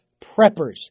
preppers